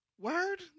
Word